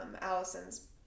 allison's